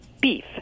beef